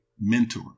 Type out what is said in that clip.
mentor